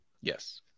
Yes